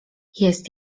jest